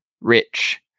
rich